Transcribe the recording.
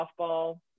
softball